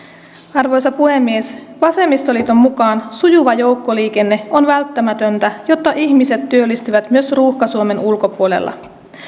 arvoisa puhemies vasemmistoliiton mukaan sujuva joukkoliikenne on välttämätöntä jotta ihmiset työllistyvät myös ruuhka suomen ulkopuolella